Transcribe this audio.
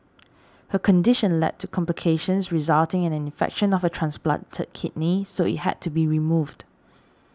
her condition led to complications resulting in an infection of her transplanted kidney so it had to be removed